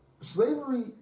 slavery